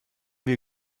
wir